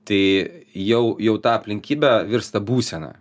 tai jau jau tą aplinkybę virsta būsena